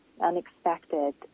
unexpected